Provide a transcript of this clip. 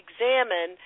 examine